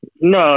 No